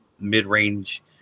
mid-range